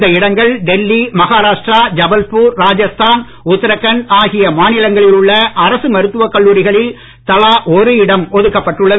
இந்த இடங்கள் டெல்லி மகாராஷ்டிரா ஜபல்பூர் ராஜஸ்தான் உத்தரகாண்ட் ஆகிய மாநிலங்களில் உள்ள அரசு மருத்துவக் கல்லூரிகளில் தலா ஒரு இடம் ஒதுக்கப்பட்டுள்ளது